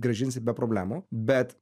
grąžinsi be problemų bet